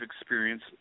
experience